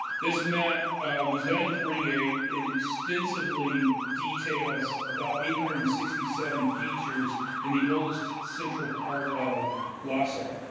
this map was done in forty eight, it extensively details about eight hundred and sixty seven features in the oldest central part of lhasa.